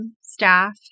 staff